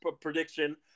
prediction